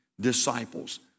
disciples